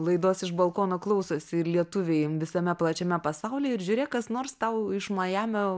laidos iš balkono klausosi ir lietuviai visame plačiame pasaulyje ir žiūrėk kas nors tau iš majamio